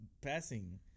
passing